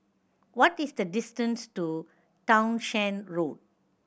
what is the distance to Townshend Road